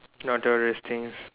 notorious things